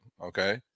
Okay